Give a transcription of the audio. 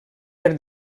per